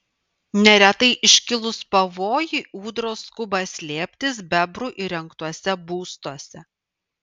neretai iškilus pavojui ūdros skuba slėptis bebrų įrengtuose būstuose